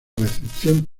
recepción